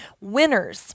Winners